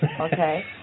okay